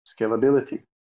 scalability